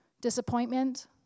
disappointment